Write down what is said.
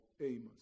Amos